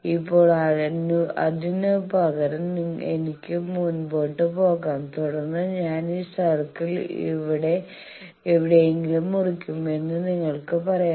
ഇപ്പോൾ അതിനുപകരം എനിക്ക് മുന്നോട്ട് പോകാം തുടർന്ന് ഞാൻ ഈ സർക്കിൾ ഇവിടെ എവിടെയെങ്കിലും മുറിക്കും എന്ന് നിങ്ങൾക്ക് പറയാം